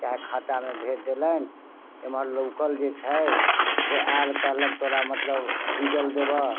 चाहे खातामे भेज देलनि एम्हर लोकल जे छै से आयल कहलक तोरा मतलब डीजल देबह